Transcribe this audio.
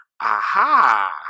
Aha